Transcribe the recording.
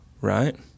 right